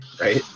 right